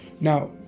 Now